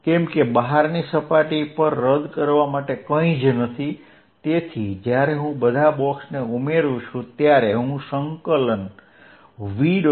કેમ કે બહારની સપાટી પર રદ કરવા માટે કંઇ જ નથી તેથી જ્યારે હું બધા બોક્સને ઉમેરું છું ત્યારે હું સંકલન v